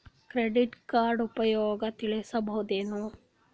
Credit card ಉಪಯೋಗ ತಿಳಸಬಹುದೇನು?